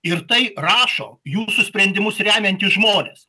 ir tai rašo jūsų sprendimus remiantys žmonės